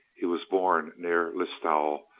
he was born near listowel,